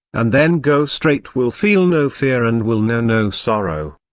and then go straight will feel no fear and will know no sorrow.